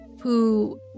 who-